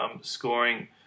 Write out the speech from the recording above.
scoring